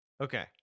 Okay